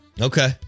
Okay